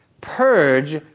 purge